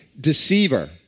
deceiver